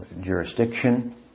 jurisdiction